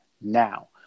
now